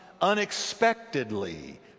unexpectedly